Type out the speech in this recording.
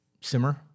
simmer